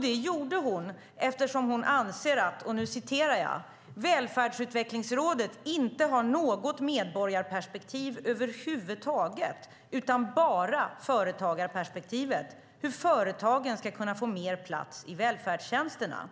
Det gjorde hon eftersom hon anser att "Välfärdsutvecklingsrådet inte har något medborgarperspektiv över huvud taget, utan bara företagarperspektivet, hur företagen ska kunna få mer plats i välfärdstjänsterna".